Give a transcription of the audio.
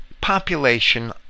population